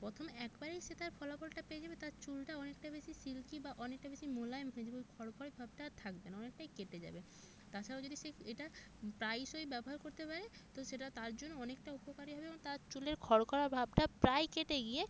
প্রথম একবারেই সে তার ফলাফলটা পেয়ে যাবে তার চুলটা অনেকটাই বেশি সিল্কি বা অনেকটা বেশি মোলায়েম হয়ে যাবে ওই খড়খড়ে ভাবটা আর থাকবে না অনেকটাই কেটে যাবে তাছাড়াও যদি সে এটা প্রায়শই ব্যবহার করতে পারে তো সেটা তার জন্য অনেকটা উপকারী হবে এবং তার চুলের খড়খড়া ভাবটা প্রায়ই কেটে গিয়ে